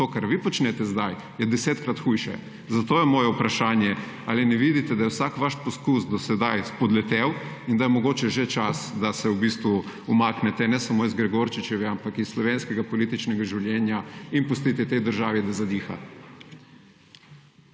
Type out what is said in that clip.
To, kar vi počnete zdaj, je desetkrat hujše. Zato je moje vprašanje: Ali ne vidite, da je vsak vaš poskus do sedaj spodletel in da je mogoče že čas, da se v bistvu umaknete ne samo z Gregorčičeve, ampak iz slovenskega političnega življenja in pustite tej državi, da zadiha?